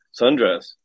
sundress